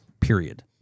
period